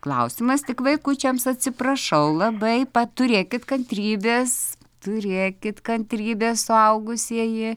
klausimas tik vaikučiams atsiprašau labai pat turėkit kantrybės turėkit kantrybės suaugusieji